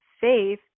faith